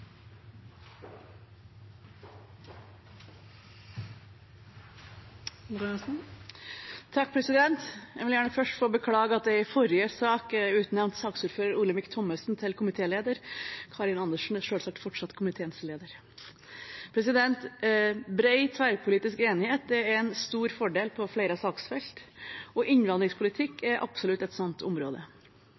vil gjerne først få beklage at jeg i sak nr. 6 utnevnte saksordfører Olemic Thommessen til komitéleder. Karin Andersen er selvsagt fortsatt komiteens leder. Bred tverrpolitisk enighet er en stor fordel på flere saksfelt, og innvandringspolitikk er absolutt et sånt område.